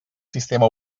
sistema